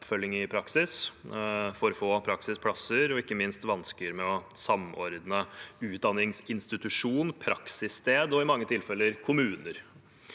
oppfølging i praksis, for få praksisplasser og ikke minst vansker med å samordne utdanningsinstitusjon, praksissted og i mange tilfeller kommuner.